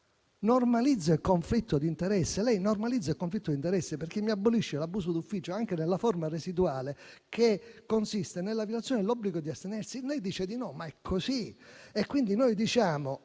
Normalizza il conflitto di interesse. Lei normalizza il conflitto interesse perché abolisce l'abuso d'ufficio anche nella forma residuale che consiste nella violazione dell'obbligo di astenersi. Lei dice di no, ma è così. Noi diciamo